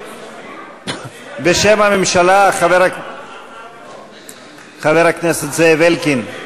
בשם הממשלה, חבר הכנסת זאב אלקין,